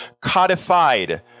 codified